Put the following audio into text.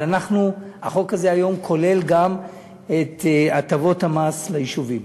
אבל החוק הזה היום כולל גם את הטבות המס ליישובים.